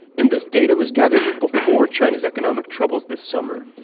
and this data was gathered before china's economic troubles this summer.